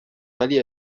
ولی